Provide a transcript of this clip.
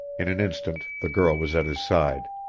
in an instant the girl was at his side.